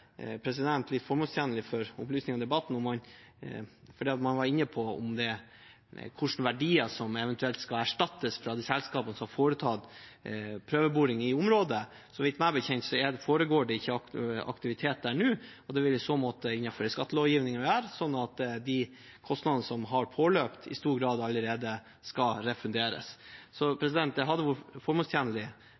Man var inne på hvilke verdier som eventuelt skal erstattes fra de selskapene som har foretatt prøveboring i området. Meg bekjent foregår det ikke aktivitet der nå, og det vil i så måte innenfor skattelovgivningen være sånn at de kostnadene som har påløpt, i stor grad allerede skal refunderes. Så det hadde vært formålstjenlig